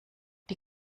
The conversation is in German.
die